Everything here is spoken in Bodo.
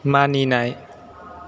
मानिनाय